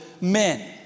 men